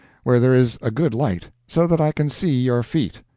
where there is a good light so that i can see your feet.